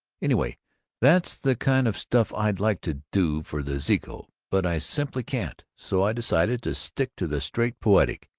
anyway that's the kind of stuff i'd like to do for the zeeco. but i simply can't. so i decided to stick to the straight poetic,